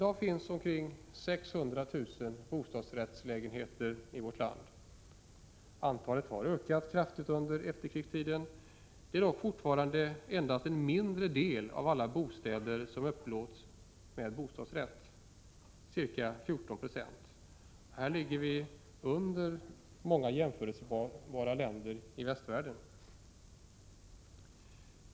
Det finns i dag omkring 600 000 bostadsrättslägenheter i vårt land. Antalet har ökat kraftigt under efterkrigstiden. Fortfarande upplåts dock endast en mindre del av alla bostäder med bostadsrätt, ca 14 96. Här ligger vi under många jämförbara länder i västvärlden.